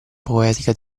poetica